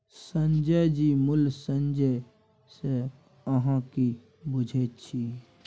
संजय जी मूल्य संचय सँ अहाँ की बुझैत छी?